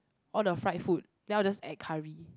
all the fried food then I will just add curry